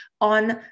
On